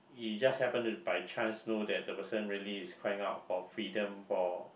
you just happen to by chance know that the people really is crying out for freedom for